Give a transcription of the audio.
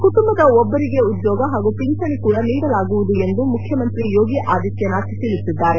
ಕುಟುಂಬದ ಒಬ್ಬರಿಗೆ ಉದ್ಯೋಗ ಹಾಗೂ ಪಿಂಚಣಿ ಕೂಡ ನೀಡಲಾಗುವುದು ಎಂದು ಮುಖ್ಯಮಂತ್ರಿ ಯೋಗಿ ಆದಿತ್ಲನಾಥ್ ತಿಳಿಸಿದ್ದಾರೆ